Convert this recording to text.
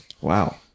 Wow